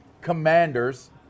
commanders